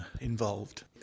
involved